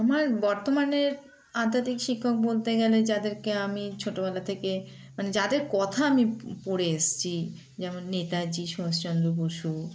আমার বর্তমানের আধ্যাত্মিক শিক্ষক বলতে গেলে যাদেরকে আমি ছোটোবেলা থেকে মানে যাদের কথা আমি পড়ে এসেছি যেমন নেতাজি সুভাষচন্দ্র বসু